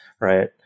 right